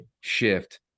shift